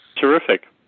Terrific